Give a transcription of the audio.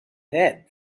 head